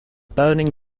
burning